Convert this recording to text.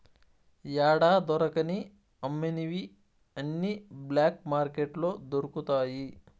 యాడా దొరకని అమ్మనివి అన్ని బ్లాక్ మార్కెట్లో దొరుకుతాయి